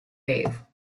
wave